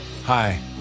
Hi